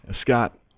Scott